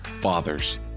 fathers